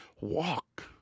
walk